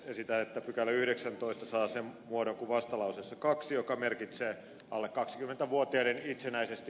ehdotan että pykälä saa sen muodon joka on vastalauseessa